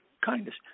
kindness